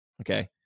okay